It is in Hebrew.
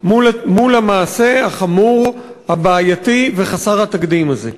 מול המעשה החמור, הבעייתי וחסר התקדים הזה.